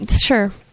Sure